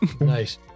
Nice